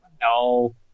no